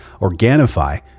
Organifi